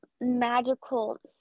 magical